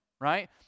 right